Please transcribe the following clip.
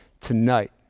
tonight